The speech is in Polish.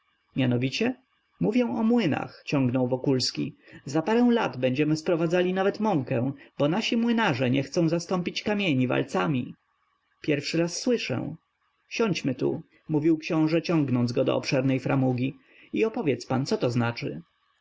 mianowicie mówię o młynach ciągnął wokulski za parę lat będziemy sprowadzali nawet mąkę bo nasi młynarze nie chcą zastąpić kamieni walcami pierwszy raz słyszę siądźmy tu mówił książe ciągnąc go do obszernej framugi i opowiedz pan co to znaczy